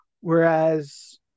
whereas